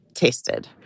Tasted